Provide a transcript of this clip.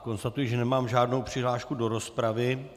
Konstatuji, že nemám žádnou přihlášku do rozpravy.